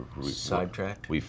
Sidetracked